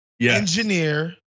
engineer